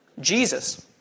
Jesus